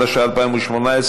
התשע"ח 2018,